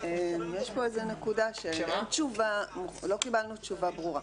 לא קיבלנו תשובה ברורה